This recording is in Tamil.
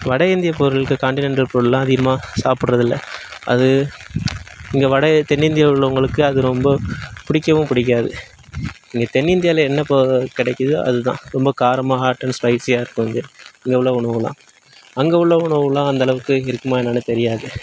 வட இந்திய பொருளுக்கு கான்டினென்டல் பொருளெலாம் அதிகமாக சாப்பிட்றதில்ல அது இங்கே வட தென்னிந்தியா உள்ளவங்களுக்கு அது ரொம்ப பிடிக்கவும் பிடிக்காது இங்கே தென்னிந்தியாவில் என்ன கிடைக்கிதோ அது தான் ரொம்ப காரமாக ஹாட் அண்ட் ஸ்பைசியாக இருக்கும் வந்து இங்கே உள்ள உணவெலாம் அங்கே உள்ள உணவெலாம் அந்த அளவுக்கு இருக்குமா என்னானு தெரியாது